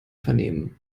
vernehmen